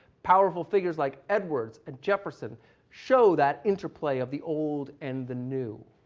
powerful figures like edwards and jefferson show that interplay of the old and the new